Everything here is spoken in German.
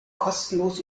kostenlos